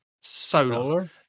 Solar